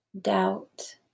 doubt